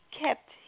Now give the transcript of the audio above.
kept